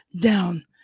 down